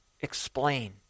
explain